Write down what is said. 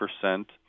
percent